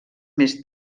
més